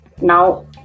Now